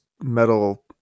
metal